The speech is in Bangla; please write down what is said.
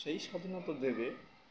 সেই স্বাধীনতা দেবে